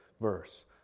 verse